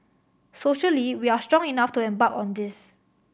socially we are strong enough to embark on this